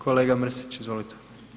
Kolega Mrsić izvolite.